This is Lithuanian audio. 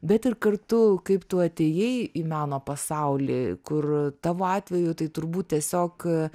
bet ir kartu kaip tu atėjai į meno pasaulį kur tavo atveju tai turbūt tiesiog